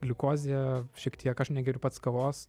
gliukozė šiek tiek aš negeriu pats kavos